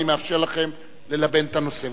אני מאפשר לכם ללבן את הנושא.